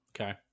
Okay